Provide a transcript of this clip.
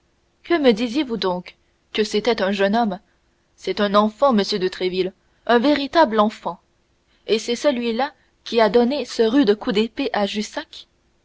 que me disiez-vous donc que c'était un jeune homme c'est un enfant monsieur de tréville un véritable enfant et c'est celui-là qui a donné ce rude coup d'épée à